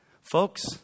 Folks